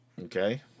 Okay